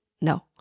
no